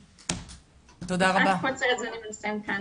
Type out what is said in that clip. מפאת קוצר הזמנים, נסיים כאן.